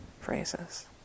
phrases